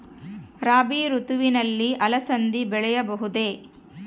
ರಾಭಿ ಋತುವಿನಲ್ಲಿ ಅಲಸಂದಿ ಬೆಳೆಯಬಹುದೆ?